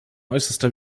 äußerster